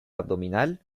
abdominal